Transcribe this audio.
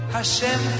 Hashem